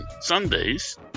Sundays